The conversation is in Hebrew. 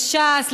לש"ס,